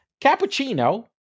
cappuccino